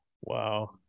wow